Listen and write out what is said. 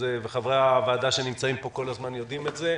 וחברי הוועדה שנמצאים פה כל הזמן יודעים את זה,